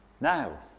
Now